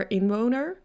inwoner